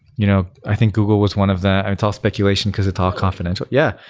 you know i think google was one of the, and it's all speculation, because it's all confidential. yeah,